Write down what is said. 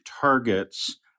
targets